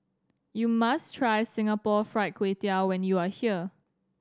you must try Singapore Fried Kway Tiao when you are here